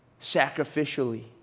sacrificially